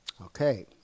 Okay